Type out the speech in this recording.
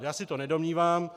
Já se to nedomnívám.